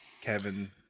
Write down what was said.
Kevin